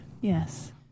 Yes